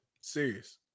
Serious